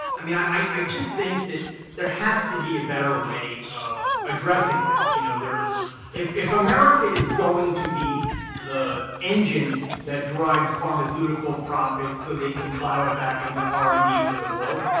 i mean, i i just think that there has to be a better way of addressing this. you know if if america is going to be the engine that drives pharmaceutical profits so they can plow it back into r and d for the world,